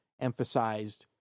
emphasized